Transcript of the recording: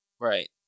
right